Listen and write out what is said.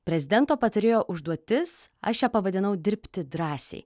prezidento patarėjo užduotis aš ją pavadinau dirbti drąsiai